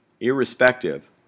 irrespective